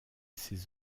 ses